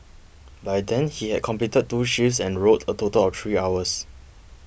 by then he had completed two shifts and rowed a total of three hours